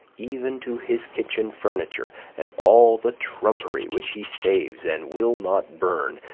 even to his kitchen furniture and all the trumpery which he saves and will not burn,